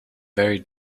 very